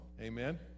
Amen